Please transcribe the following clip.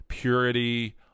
Purity